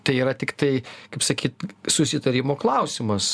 tai yra tiktai kaip sakyt susitarimo klausimas